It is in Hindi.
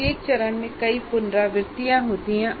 प्रत्येक चरण में कई पुनरावृत्तियाँ होती हैं